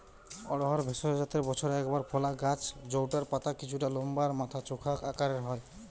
অড়হর ভেষজ জাতের বছরে একবার ফলা গাছ জউটার পাতা কিছুটা লম্বা আর মাথা চোখা আকারের হয়